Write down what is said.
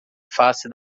face